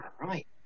right